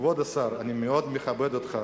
כבוד השר, אני מאוד מכבד אותך,